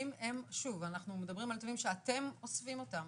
שוב, אנחנו מדברים על נתונים שאתם אוספים אותם